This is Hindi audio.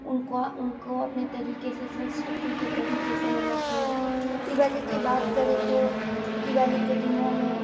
उनको उनको अपने तरीके से संस्कृति के तरीके से मनाते हैं दिवाली कि बात करें तो दिवाली के दिनों में